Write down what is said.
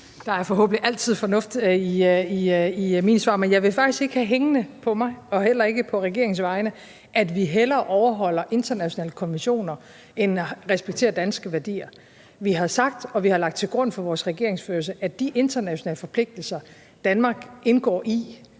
Der er forhåbentlig altid fornuft i mine svar. Men jeg vil faktisk ikke have hængende på mig og heller ikke på regeringen, at vi hellere overholder internationale konventioner end respekterer danske værdier. Vi har sagt, og vi har lagt til grund for vores regeringsførelse, at de internationale forpligtelser, Danmark indgår i